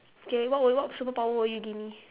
K what would what superpower will you give me